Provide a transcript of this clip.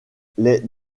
les